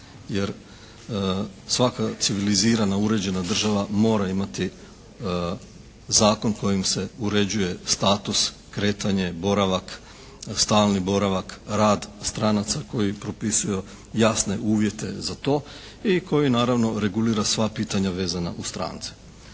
jer svaka civilizirana, uređena država mora imati zakon kojim se uređuje status, kretanje, boravak, stalni boravak, rad stranaca koji propisuje jasne uvjete za to i koji naravno, regulira sva pitanja vezana uz strance.